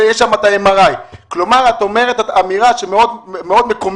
ויש בו MRI. את אומרת אמירה מאוד מקוממת,